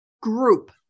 group